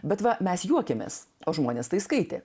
bet va mes juokiamės o žmonės tai skaitė